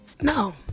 No